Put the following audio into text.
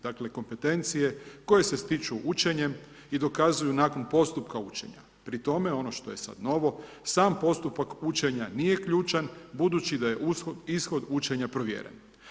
Dakle kompetencije koje se stiču učenjem i dokazuju nakon postupka učenja pritom ono što je sad novo, sam postupak učenja nije ključan budući da je ishod učenja provjeren.